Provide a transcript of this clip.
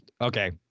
okay